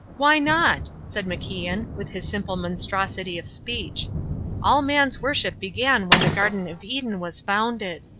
why not? said macian, with his simple monstrosity of speech all man's worship began when the garden of eden was founded.